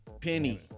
Penny